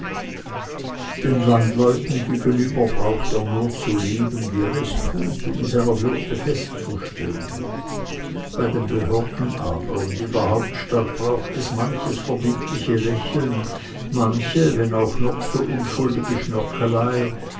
den landleuten gegenüber braucht er nur zu leben wie er es tut um in seiner würde fest zu stehen bei den behörden aber und in der hauptstadt braucht es manches verbindliche lächeln manche wenn auch noch so unschuldige schnörkelei